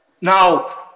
Now